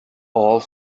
old